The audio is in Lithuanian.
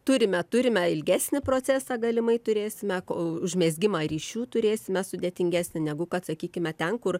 turime turime ilgesnį procesą galimai turėsime kol užmezgimą ryšių turėsime sudėtingesnį negu kad sakykime ten kur